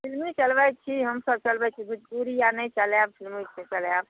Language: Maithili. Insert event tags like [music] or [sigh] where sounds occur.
फिल्मी चलबै छी भोजपुरी आर नहि चलायब [unintelligible]